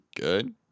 good